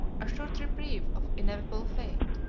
a short reprieve of inevitable fate.